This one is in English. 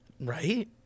Right